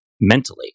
mentally